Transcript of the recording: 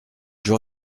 jour